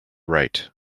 right